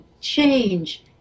change